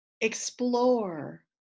explore